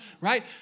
right